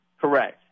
Correct